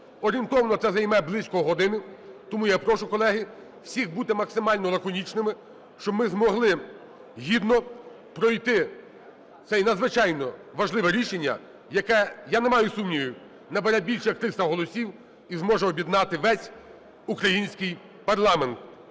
Орієнтовно цей займе близько години. Тому я прошу, колеги, всіх бути максимально лаконічними, щоб ми змогли гідно пройти це надзвичайно важливе рішення, яке, я не маю сумнівів, набере більше як 300 голосів і зможе об'єднати весь український парламент.